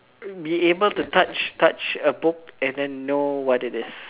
be able to touch touch a book and then know what it is